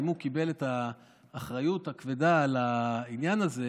הוא קיבל את האחריות הכבדה על העניין הזה.